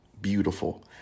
beautiful